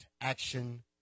action